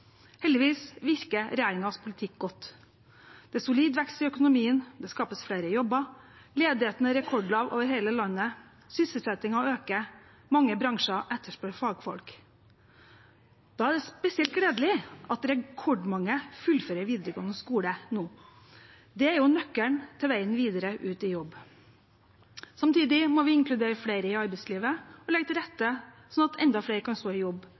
Heldigvis virker regjeringens politikk godt. Det er solid vekst i økonomien, det skapes flere jobber, ledigheten er rekordlav over hele landet, sysselsettingen øker, og mange bransjer etterspør fagfolk. Da er det spesielt gledelig at rekordmange nå fullfører videregående skole. Det er nøkkelen til veien videre ut i jobb. Samtidig må vi inkludere flere i arbeidslivet og legge til rette slik at enda flere kan stå i jobb